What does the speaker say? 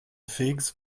figs